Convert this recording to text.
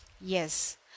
Yes